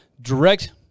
Direct